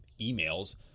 emails